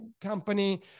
company